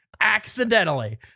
Accidentally